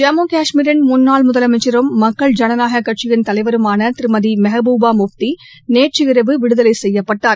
ஜம்மு கஷ்மீரின் முன்னாள் முதலமைச்சரும் மக்கள் ஜனநாயகக் கட்சியின் தலைவருமான திருமதி மெகபூபா முப்தி நேற்று இரவு விடுதலை செய்யப்பட்டார்